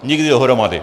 Nikdy dohromady.